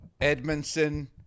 Edmondson